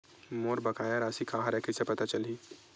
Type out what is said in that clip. मोर बकाया राशि का हरय कइसे पता चलहि?